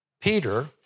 Peter